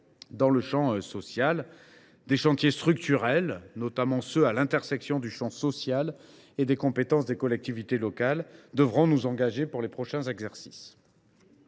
dans le champ social. Ces chantiers structurels, notamment ceux qui se trouvent à l’intersection du champ social et des compétences des collectivités locales, nous engageront pour les prochains exercices.